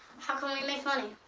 how can we make money?